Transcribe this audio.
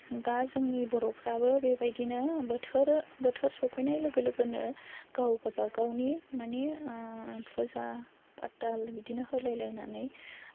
दा जोंनि बर'फ्राबो बे बायदिनो बोथोर बोथोर सौफैनाय लोगो लोगोनो गाव गाबागावनि माने फुजा फाथाल होलायलायनानै